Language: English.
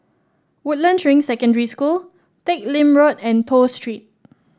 Woodlands Ring Secondary School Teck Lim Road and Toh Street